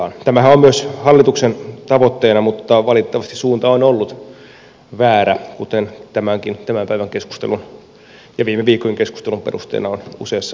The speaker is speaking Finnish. tämähän on myös hallituksen tavoitteena mutta valitettavasti suunta on ollut väärä kuten tämän päivän keskustelun ja viime viikkojen keskustelun perusteella on useassa otteessa tullut esille